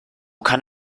kann